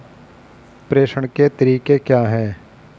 प्रेषण के तरीके क्या हैं?